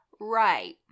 Right